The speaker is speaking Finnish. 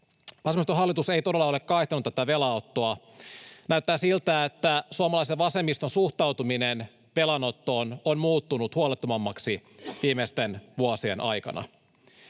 Vasemmistohallitus ei todella ole kaihtanut velanottoa. Näyttää siltä, että suomalaisen vasemmiston suhtautuminen velanottoon on muuttunut huolettomammaksi viimeisten vuosien aikana.